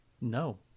No